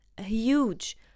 huge